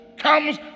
comes